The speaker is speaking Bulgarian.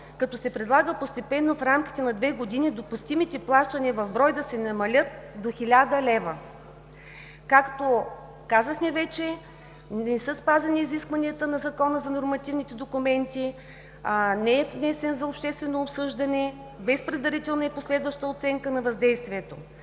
като се предлага постепенно в рамките на две години допустимите плащания в брой да се намалят до 1000 лв. Както казахме вече, не са спазени изискванията на Закона за нормативните документи, не е внесен за обществено обсъждане, без предварителна и обществена оценка на въздействието.